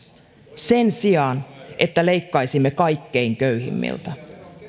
sen sijaan että leikkaisimme kaikkein köyhimmiltä